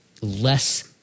less